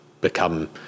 become